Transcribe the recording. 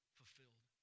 fulfilled